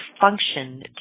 function